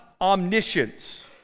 omniscience